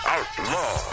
Outlaw